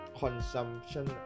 Consumption